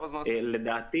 לדעתי